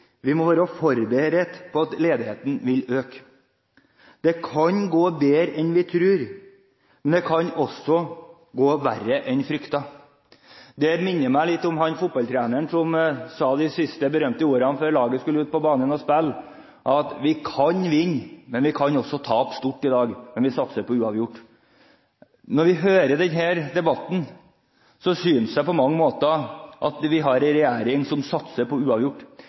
vi må være forberedt på at ledigheten vil øke: «Det kan gå bedre enn vi tror, men det kan også gå verre enn vi frykter.» Dette minner meg litt om fotballtreneren som sa de siste berømte ordene før laget skulle ut på banen for å spille: Vi kan vinne, vi kan også tape stort i dag, men vi satser på uavgjort. Når vi hører denne debatten, synes jeg på mange måter at vi har en regjering som satser på uavgjort.